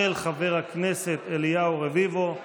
של חבר הכנסת אליהו רביבו.